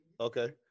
okay